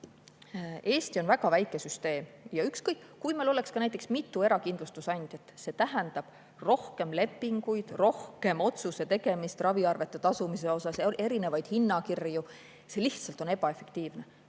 Eesti on väga väike süsteem ja kui meil oleks ka näiteks mitu erakindlustusandjat, see tähendab rohkem lepinguid, rohkem otsuse tegemist raviarvete tasumise kohta, erinevaid hinnakirju – see lihtsalt on ebaefektiivne.